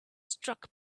struck